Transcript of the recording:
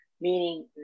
meaning